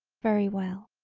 very well.